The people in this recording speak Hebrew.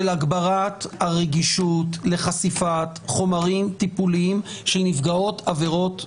של הגברת הרגישות לחשיפת חומרים טיפוליים של נפגעות עבירות מין.